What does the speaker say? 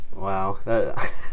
Wow